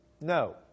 No